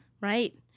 Right